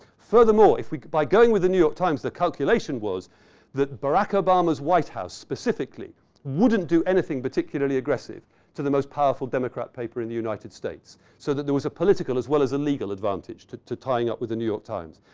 furthermore, if by going with the new york times calculation was that barack obama's white house, specifically wouldn't do anything particularly aggressive to the most powerful democrat paper in the united states. so that there was a political as well as a legal advantage to to tying up with the new york times.